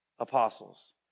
apostles